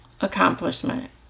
accomplishment